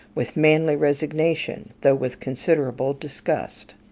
with manly resignation, though with considerable disgust.